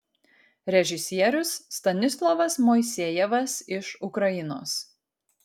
režisierius stanislovas moisejevas iš ukrainos